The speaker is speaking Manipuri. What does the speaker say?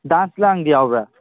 ꯗꯥꯟꯁ ꯂꯥꯡꯗꯤ ꯌꯥꯎꯕ꯭ꯔꯥ